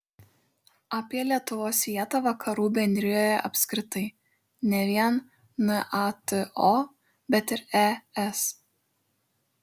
apie lietuvos vietą vakarų bendrijoje apskritai ne vien nato bet ir es